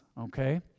okay